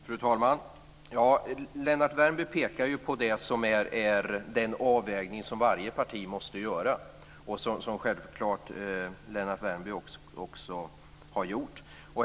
Fru talman! Lennart Värmby pekar på den avvägning som varje parti måste göra och som självklart Lennart Värmby också har gjort.